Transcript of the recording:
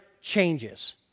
changes